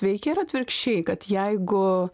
veikia ir atvirkščiai kad jeigu